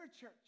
church